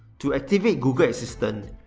to activate google assistant,